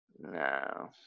No